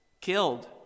killed